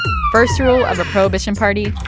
first rule of a prohibition party,